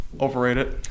Overrated